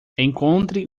encontre